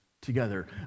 together